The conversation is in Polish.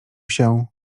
się